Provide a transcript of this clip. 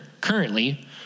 currently